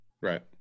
Right